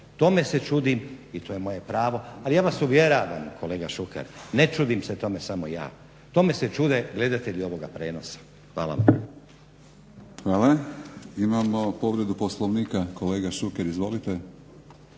Tome se čudim i to je moje pravo. Ali, ja vas uvjeravam kolega Šuker ne čudim se tome samo ja, tome se čude gledatelji ovoga prijenosa. Hvala vam. **Batinić, Milorad (HNS)** Hvala. Imamo povredu Poslovnika. Kolega Šuker izvolite.